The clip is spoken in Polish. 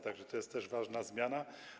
Tak że to jest też ważna zmiana.